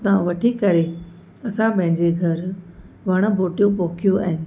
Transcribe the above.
उतां वठी करे असां पंहिंजे घरु वण ॿूटियूं पोखियूं आहिनि